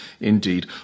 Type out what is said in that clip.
indeed